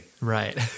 Right